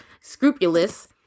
scrupulous